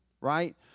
right